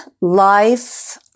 life